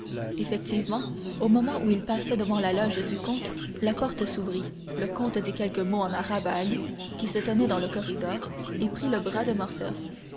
effectivement au moment où il passait devant la loge du comte la porte s'ouvrit le comte dit quelques mots en arabe à ali qui se tenait dans le corridor et prit le bras de